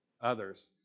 others